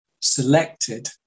selected